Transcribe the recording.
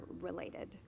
related